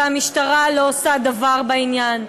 והמשטרה לא עושה דבר בעניין.